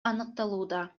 аныкталууда